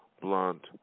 blunt